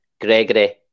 Gregory